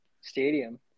stadium